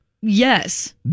Yes